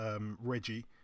Reggie